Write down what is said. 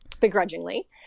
begrudgingly